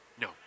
No